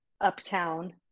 uptown